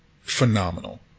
phenomenal